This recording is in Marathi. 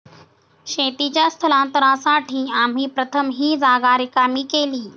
शेतीच्या स्थलांतरासाठी आम्ही प्रथम ही जागा रिकामी केली